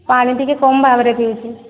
ପାଣି ଟିକିଏ କମ୍ ଭାବରେ ପିଉଛି